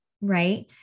right